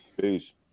Peace